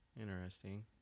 Interesting